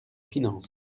finances